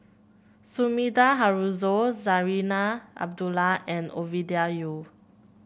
Sumida Haruzo Zarinah Abdullah and Ovidia Yu